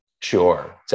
Sure